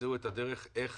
תמצאו את הדרך איך